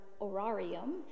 orarium